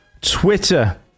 Twitter